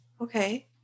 Okay